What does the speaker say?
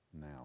now